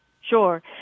Sure